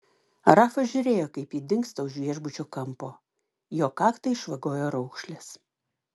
rafa žiūrėjo kaip ji dingsta už viešbučio kampo jo kaktą išvagojo raukšlės